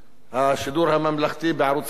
השידור הממלכתי בערוץ-1,